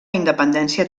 independència